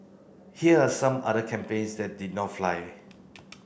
here are some other campaigns that did not fly